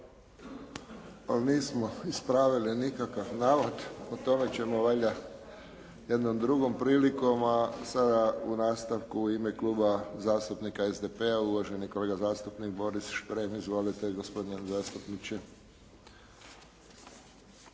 Ali nismo ispravili nikakav navod. O tome ćemo valjda jednom drugom prilikom. A sada u nastavku u ime Kluba zastupnika SDP-a uvaženi kolega zastupnik Boris Šprem. Izvolite gospodine zastupniče.